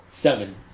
Seven